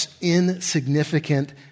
insignificant